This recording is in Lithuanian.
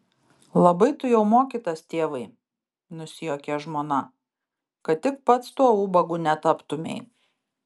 labai tu jau mokytas tėvai nusijuokė žmona kad tik pats tuo ubagu netaptumei